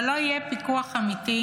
אבל לא יהיה פיקוח אמיתי,